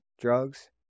drugs